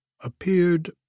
appeared